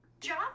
Job